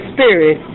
Spirit